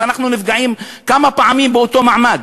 אז אנחנו נפגעים כמה פעמים באותו מעמד.